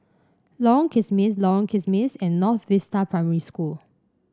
Lorong Kismis Lorong Kismis and North Vista Primary School